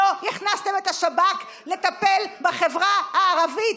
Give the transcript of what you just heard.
לא הכנסתם את השב"כ לטפל בחברה הערבית.